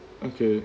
okay